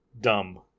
dumb